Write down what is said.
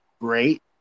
great